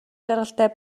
жаргалтай